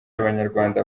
abanyarwanda